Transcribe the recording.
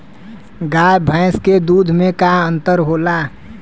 गाय भैंस के दूध में का अन्तर होला?